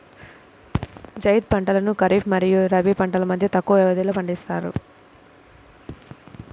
జైద్ పంటలను ఖరీఫ్ మరియు రబీ పంటల మధ్య తక్కువ వ్యవధిలో పండిస్తారు